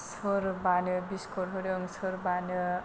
सोरबानो biscuit होदों सोरबानो